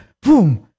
boom